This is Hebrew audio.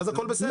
ואז הכול בסדר.